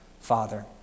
father